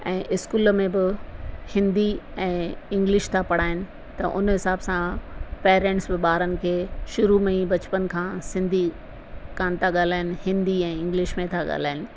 ऐं स्कूल में बि हिंदी ऐं इंग्लिश था पढ़ाइनि त उन हिसाब सां पेरेंट्स बि ॿारनि खे शुरु में ई बचपन खां सिंधी कोन था ॻाल्हाइनि हिंदी ऐं इंग्लिश में था ॻाल्हाइनि